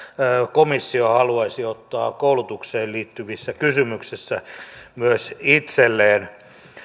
komissio haluaisi ottaa koulutukseen liittyvissä kysymyksissä myös itselleen